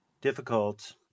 difficult